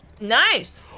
Nice